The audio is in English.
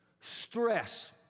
stress